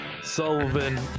Sullivan